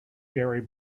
gary